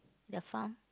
the farm